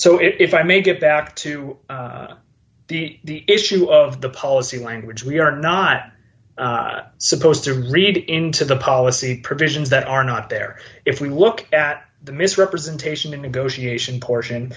so if i may get back to the issue of the policy language we are not supposed to read into the policy provisions that are not there if we look at the misrepresentation and negotiation portion